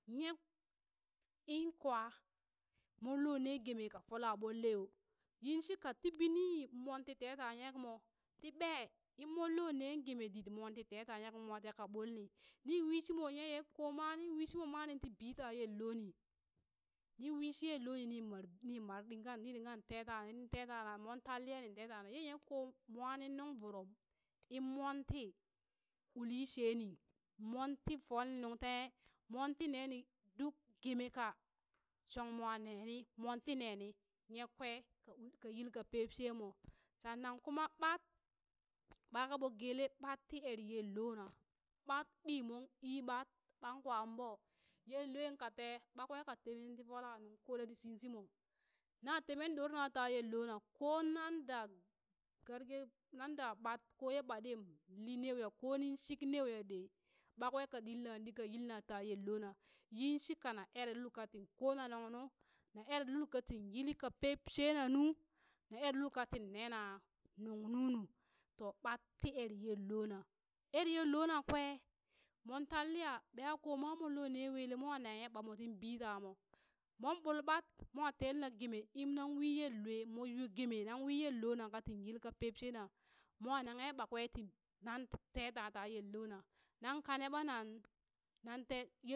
Nyek inkwa moon loo nee geme ka fola ɓwalle yoo yin shika ti bini mon ti tee ta nyek mo ti ɓee in moon loo nee gemedit moon shi tee ta nyek moo teka bollini nin wishimo ye nyek ko ma nin wishi mo ma ninshi bii taa yello ni wishi yelloni ni mare b in mare ɗingan ni ɗingan tetana nin tetana mon tan liya nin tee tana ye yekko mwanin nunvurum in moon ti uli sheni moonti foleni nungtanghe monti nee duk gemee ka shong mwa neni moon ti neni yek kwe ka yilka pep shee mo shannan kuma ɓat ɓaka ɓo geelee ɓat ti eree yellona ɓat ɗii moon ii ɓat, ɓat kwaan ɓoo yelloe ka tee ɓat kwe ka temeen ti folla nuŋ kole ti shit shi mo na temeng ɗorna ta yello na koo na da garge nan da ɓat koye ɓat li neuya ni shik neuya ɗei ɓakwee ka ɗillaŋ ɗi ka yilna ta yel loo na yin shika na eree lulka tin kona nungnu na eree lulka ti yilka peep she na nu na er lul katin nena nuŋ nunu to ɓat ti erre yel loona ere yel loo na kwee moon tan liya ɓiya ko mwa mon loo ne welee mwa nahe ɓat moo tin bi tamoo moon ɓul ɓat mon telena geemee in nan wi yellwe moo yuu geemee nan we yello na ka tin yil ka pep she na mwa nanghe ɓakwee tin nan tee ta ta yello na nan kanee ɓana nan te nan yello nantan